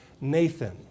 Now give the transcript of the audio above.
Nathan